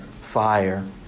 fire